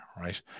right